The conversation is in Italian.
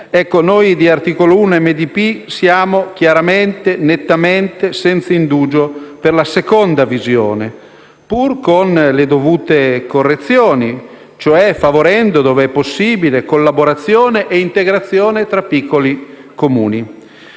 democratico e progressista siamo chiaramente, nettamente e senza indugio per la seconda visione, pur con le dovute correzioni, cioè favorendo, dove è possibile, collaborazione e integrazione tra piccoli Comuni.